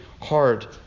hard